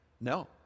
No